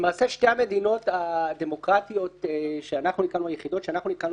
שתי המדינות הדמוקרטיות היחידות שאנחנו נתקלנו